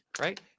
right